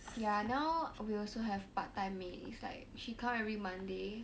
ya now we also have part time maid it's like she come every monday